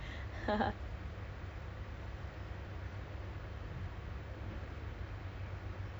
ya actually I suka kalau busy tapi kalau like at this timing